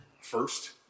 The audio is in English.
first